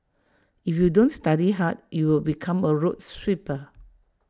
if you don't study hard you will become A road sweeper